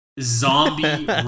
zombie